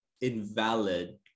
invalid